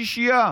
שישייה,